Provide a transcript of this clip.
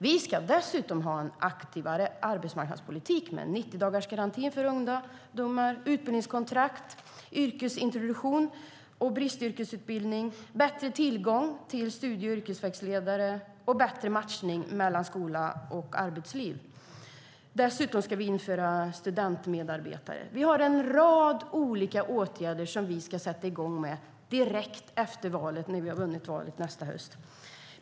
Vi ska dessutom ha en aktivare arbetsmarknadspolitik med 90-dagarsgaranti för ungdomar, utbildningskontrakt, yrkesintroduktion, bristyrkesutbildning, bättre tillgång till studie och yrkesvägledare samt bättre matchning mellan skola och arbetsliv. Därutöver ska vi införa studentmedarbetare. Vi har en rad olika saker som vi ska sätta i gång med direkt efter att vi har vunnit valet nästa höst.